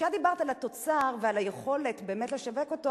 כשאת דיברת על התוצר ועל היכולת באמת לשווק אותו,